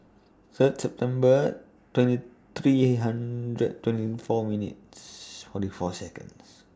Third September twenty three hundred twenty four minutes forty four Seconds